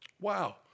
Wow